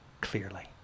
clearly